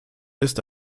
ist